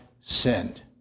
sinned